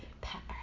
Pepper